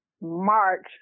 March